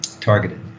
targeted